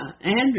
Andrew